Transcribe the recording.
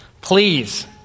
please